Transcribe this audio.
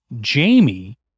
Jamie